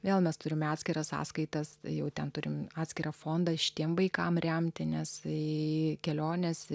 vėl mes turime atskiras sąskaitas jau ten turim atskirą fondą šitiem vaikam remti nes tai kelionės